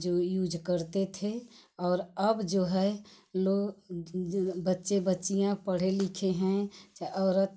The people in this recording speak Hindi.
जो यूज करते थे और अब जो है लोग बच्चे बच्चियाँ पढे लिखे हैं चाहे औरत